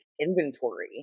inventory